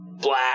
black